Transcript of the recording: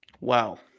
Wow